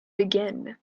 begin